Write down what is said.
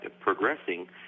progressing